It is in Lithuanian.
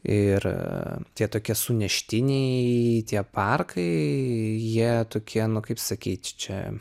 ir tie tokie suneštiniai tie parkai jie tokie kaip sakyt čia